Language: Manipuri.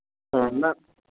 ꯑ ꯅꯪ